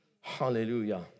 hallelujah